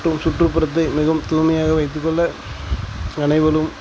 மற்றும் சுற்றுப்புறத்தை மிகவும் தூய்மையாக வைத்துக்கொள்ள அனைவரும்